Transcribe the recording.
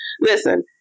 Listen